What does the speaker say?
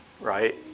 right